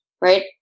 right